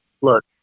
look